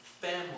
family